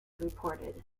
reported